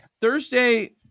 Thursday